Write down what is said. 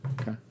Okay